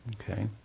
Okay